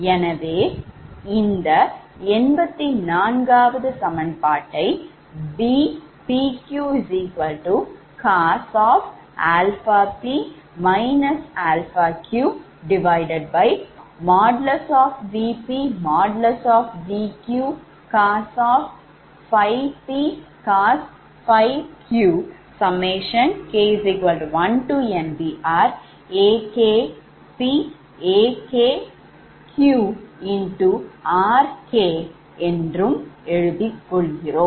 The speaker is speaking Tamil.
எனவே இந்த 84 சமன்பாட்டை Bpqcos αp αq |Vp||Vq|COS ∅pCOS ∅q k1NBRAKpAK1q Rk என்று எழுதிக் கொள்கிறோம்